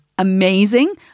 Amazing